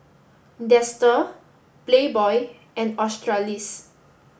Dester Playboy and Australis